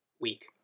week